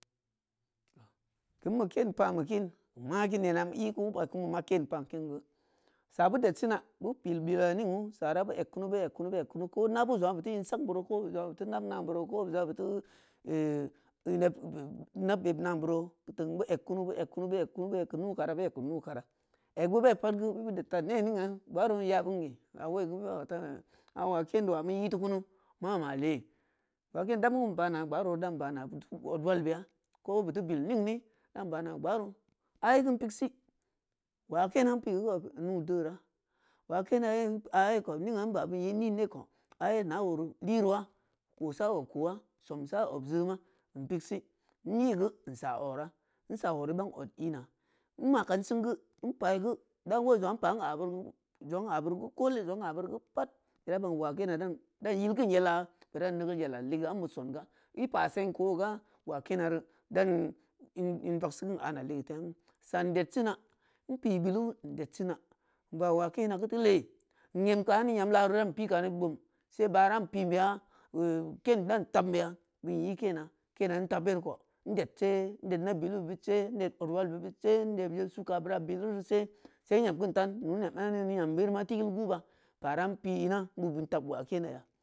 Keumbu keen pa be kin, ma geu nena mu ii geu mu ba kingeu ma keen pa kin geu, sa bu ded sina bu pil bil wa ning’u sa ra bu eg kunu bu eg kunu bu eg kunu ko na bu zongn’a bu teu in saan beureu ko zongn’a bu teu nab naan buroo ko zongn’a bu teu em in yeb nab yeb naan buroo teung bu eg kunu bu eg kunu bu eg geu nuu kara bu eg keu nuu ka ra bu eg keu nuu kara, eg bu bei pad geu bu deen fa ne ningn’a gbaaro nya bem ge ya woigeu bu ba fa a waken do wa mu ee fu kunu ma ma le, waken-da mum ba na gbaaro nya bem ge ya woigeu bu ba fa a waken do wa mu ee tu kunu ma ma le, waken-da mun ba na gbaaro da mun ba na b-uf-u o’walbeya ko bu teu bil ningni dan ba na gbaaro, aye geu in pig si, wakena npigeu geu o-b nau deura wakena yeig aye ko nin ng’a nba bin ee nin ye ko aye na’a oru liro’a, ko’o sa ob ko’a som sa ob jeuma npig si in ei geu, nsa o’ora, nsa oreu, geu ban od ii na, nma kaan sing geu in paai geu dan woii zongn’a npa n’a beureu g-e-u zongn’a n’a bereu geu ko le zongn’a n’a beure geu pad bu na baan wakena dan – dan yilkun yela dan neugeul yela ligeu ambe songa ipa seng geu oga wokena reu dan i-n in vagsi nong a’ana leugeu temu sa’an ded sina npii bilu nded sina nba wakena geu ti lee, n’em kaani nyamlaru dan pii kani gbum sai ba’ ran piin beya g-eu keen dan tamb beya bin ee kena, kena ntab yereu ko nded se nded neb bilu be bid se nded odwalbe bid se nded yeb sukka beuwa bilu reu se, sai n’em kun tan, nu n’em am ning’ni yam biru ma tigeul gu ba, pa ran pii ina nbu bin fab wakena ya.